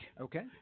Okay